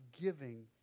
giving